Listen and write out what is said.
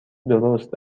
درست